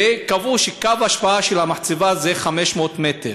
וקבעו שקו ההשפעה של המחצבה זה 500 מטר,